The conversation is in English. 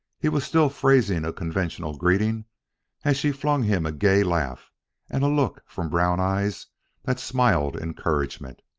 he was still phrasing a conventional greeting as she flung him a gay laugh and a look from brown eyes that smiled encouragement.